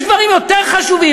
ושיש דברים יותר חשובים,